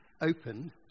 open